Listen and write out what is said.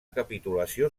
capitulació